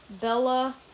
Bella